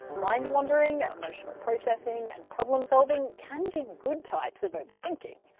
mind wandering, emotional processing and problem solving can be good types of overthinking.